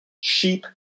sheep